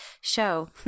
Show